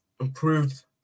improved